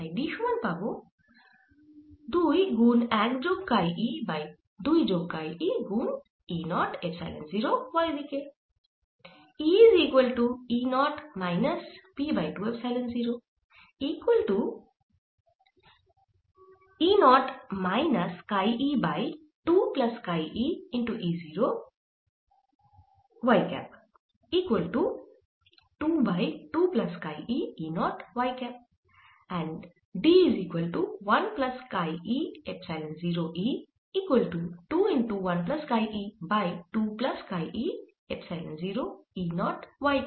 তাই D সমান পাবো 2 গুন 1 যোগ কাই e বাই 2 যোগ কাই e গুন E 0 এপসাইলন 0 y দিকে